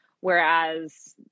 whereas